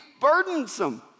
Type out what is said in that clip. burdensome